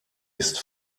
ist